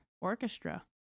orchestra